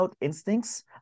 instincts